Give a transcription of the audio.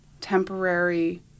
temporary